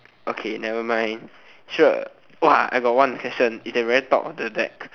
okay nevermind sure !wow! I got one question its at the very top of the deck